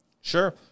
Sure